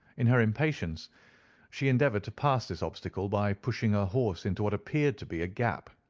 in her impatience she endeavoured to pass this obstacle by pushing her horse into what appeared to be a gap.